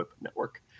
network